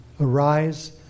Arise